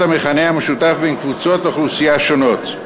המכנה המשותף בין קבוצות אוכלוסייה שונות.